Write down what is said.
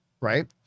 right